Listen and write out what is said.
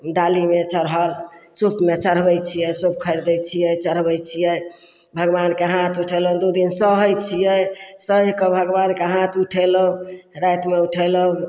डालीमे चढ़ल सूपमे चढ़बै छिए सूप खरिदै छिए चढ़बै छिए भगवानके हाथ उठेलहुँ दुइ दिन सहै छिए सहिकऽ भगवानके हाथ उठेलहुँ रातिमे उठेलहुँ